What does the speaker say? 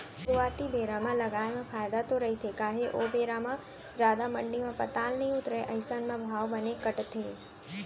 सुरुवाती बेरा म लगाए म फायदा तो रहिथे काहे ओ बेरा म जादा मंडी म पताल नइ उतरय अइसन म भाव बने कटथे